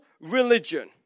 religion